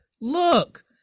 Look